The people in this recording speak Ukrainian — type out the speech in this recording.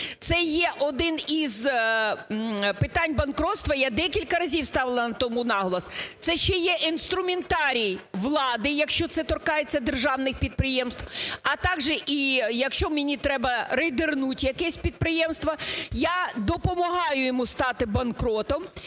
Це є один із питань банкрутства, я декілька разів ставила на тому наголос, це ще є інструментарій влади, якщо це торкається державних підприємств, а також, якщо мені треба рейдернуть якесь підприємство, я допомагаю йому стати банкрутом,